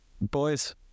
Boys